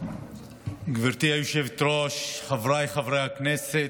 גברתי היושבת-ראש, חבריי חברי הכנסת,